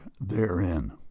therein